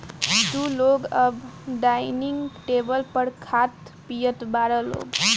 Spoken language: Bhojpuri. तू लोग अब डाइनिंग टेबल पर खात पियत बारा लोग